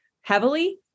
heavily